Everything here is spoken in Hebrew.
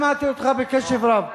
שמעתי אותך בקשב רב.